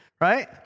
right